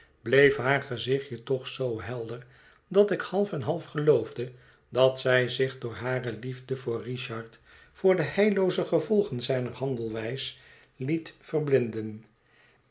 bleef haar gezichtje toch zoo helder dat ik half en half geloofde dat zij zich door hare liefde voor richard voor de heillooze gevolgen zijner handelwijs liet verblinden